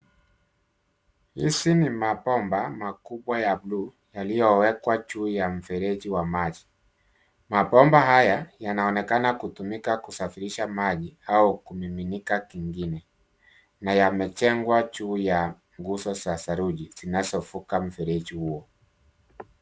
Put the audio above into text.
Hizi ni mabomba makubwa ya blue yaliowekwa juu ya mfereji wa maji. Mabomba haya yanaonekana kutumika kusafirisha maji au kumiminika kingine, na yamejengwa juu ya nguzo za saruji zinazovuka mfereji huo.